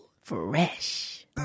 fresh